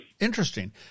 Interesting